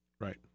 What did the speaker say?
Right